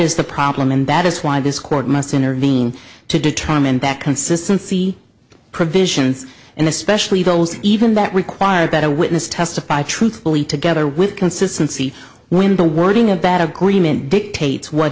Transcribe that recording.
is the problem and that is why this court must intervene to determine that consistency provisions and especially those even that require that a witness testify truthfully together with consistency when the wording of bad agreement dictates what